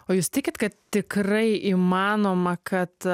o jūs tikit kad tikrai įmanoma kad